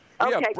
Okay